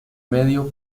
medio